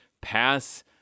pass